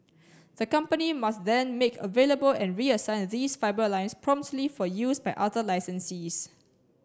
the company must then make available and reassign these fibre lines promptly for use by other licensees